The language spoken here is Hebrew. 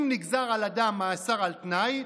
אם נגזר על אדם מאסר על תנאי,